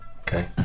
Okay